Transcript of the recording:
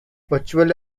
virtually